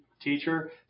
teacher